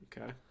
Okay